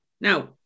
Now